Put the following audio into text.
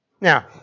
Now